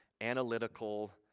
analytical